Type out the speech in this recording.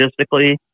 logistically